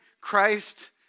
Christ